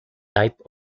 type